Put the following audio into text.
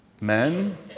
Men